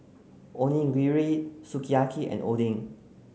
Onigiri Sukiyaki and Oden